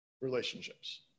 relationships